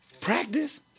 Practice